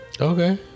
Okay